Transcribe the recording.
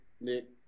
Nick